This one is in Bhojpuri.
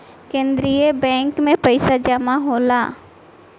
केंद्रीय बैंक में पइसा जमा होला